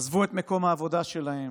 עזבו את מקום העבודה שלהם,